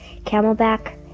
camelback